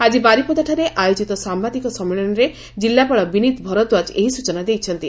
ଆକି ବାରିପଦାଠାରେ ଆୟୋଜିତ ସାମ୍ଘାଦିକ ସଶ୍ମିଳନୀରେ ଜିଲ୍ଲାପାଳ ବିନୀତ ଭରଦ୍ୱାକ ଏହି ସୂଚନା ଦେଇଛନ୍ତି